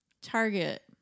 Target